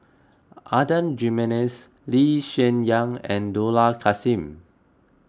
Adan Jimenez Lee Hsien Yang and Dollah Kassim